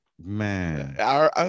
Man